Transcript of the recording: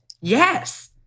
Yes